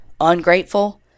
Ungrateful